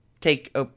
take